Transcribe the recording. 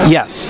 Yes